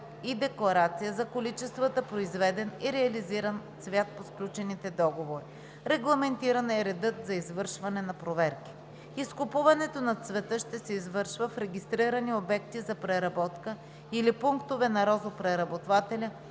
и декларация за количествата произведен и реализиран цвят по сключените договори. Регламентиран е редът за извършване на проверки. Изкупуването на цвета ще се извършва в регистрирани обекти за преработка или пунктове на розопреработвателя